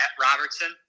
Robertson